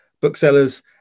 booksellers